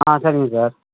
ஆ சரிங்க சார்